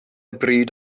bryd